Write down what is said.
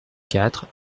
quatre